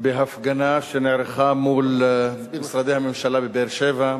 בהפגנה שנערכה מול משרדי הממשלה בבאר-שבע.